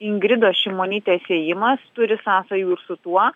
ingridos šimonytės ėjimas turi sąsajų ir su tuo